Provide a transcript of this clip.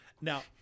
Now